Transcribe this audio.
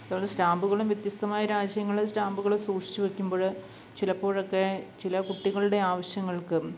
അതുപോലെ സ്റ്റാമ്പുകളും വ്യത്യസ്തമായ രാജ്യങ്ങളിൽ സ്റ്റാമ്പുകൾ സൂക്ഷിച്ചു വെക്കുമ്പോൾ ചിലപ്പോഴൊക്കെ ചില കുട്ടികളുടെ ആവശ്യങ്ങൾക്ക്